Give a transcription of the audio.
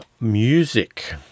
music